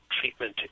treatment